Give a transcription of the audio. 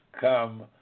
come